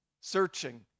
searching